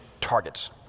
targets